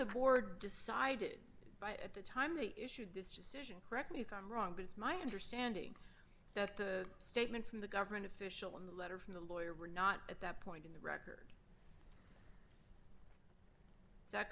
the board decided by at the time they issued this decision correct me if i'm wrong but it's my understanding that the statement from the government official in the letter from the lawyer or not at that point in the record is that